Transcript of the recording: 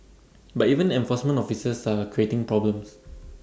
but even enforcement officers are creating problems